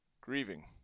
grieving